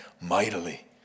mightily